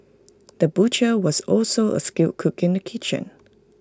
the butcher was also A skilled cook in the kitchen